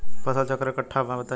फसल चक्रण कट्ठा बा बताई?